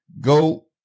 go